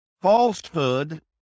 falsehood